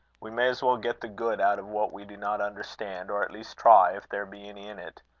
we may as well get the good out of what we do not understand or at least try if there be any in it.